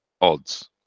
odds